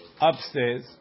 Upstairs